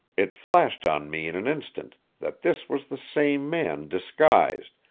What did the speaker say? it flashed on me in an instant that this was the same man disguised,